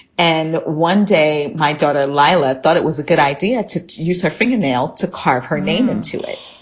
and one day my daughter leila thought it was a good idea to use her fingernail to carve her name into it.